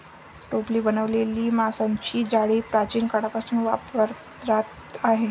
टोपली बनवलेली माशांची जाळी प्राचीन काळापासून वापरात आहे